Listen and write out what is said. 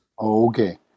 Okay